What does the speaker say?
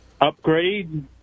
upgrade